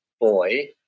boy